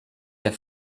der